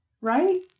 right